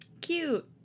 Cute